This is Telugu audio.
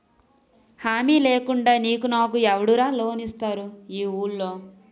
హామీ లేకుండా నీకు నాకు ఎవడురా లోన్ ఇస్తారు ఈ వూళ్ళో?